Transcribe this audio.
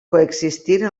coexistir